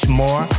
more